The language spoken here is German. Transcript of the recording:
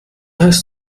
heißt